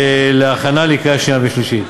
להכנה לקריאה שנייה ושלישית.